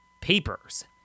papers